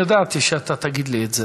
אני ידעתי שאתה תגיד לי את זה.